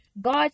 God